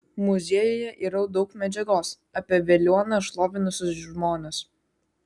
muziejuje yra daug medžiagos apie veliuoną šlovinusius žmones